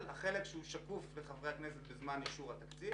החלק שהוא שקוף לחברי הכנסת בזמן התקציב,